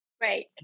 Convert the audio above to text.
Right